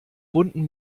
bunten